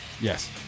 Yes